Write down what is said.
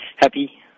happy